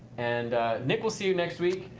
and nick, we'll see you next week.